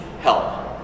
help